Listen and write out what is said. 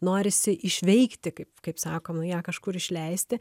norisi išveikti kaip kaip sakom ją kažkur išleisti